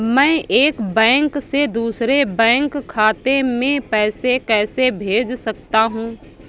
मैं एक बैंक से दूसरे बैंक खाते में पैसे कैसे भेज सकता हूँ?